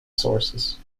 sources